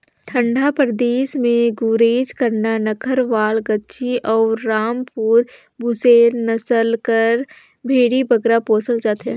ठंडा परदेस में गुरेज, करना, नक्खरवाल, गद्दी अउ रामपुर बुसेर नसल कर भेंड़ी बगरा पोसल जाथे